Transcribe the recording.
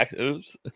Oops